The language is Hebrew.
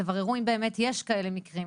תבררו אם באמת יש כאלה מקרים,